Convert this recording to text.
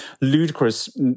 ludicrous